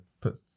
put